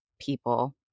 people